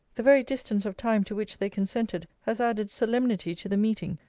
the very distance of time to which they consented, has added solemnity to the meeting,